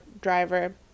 driver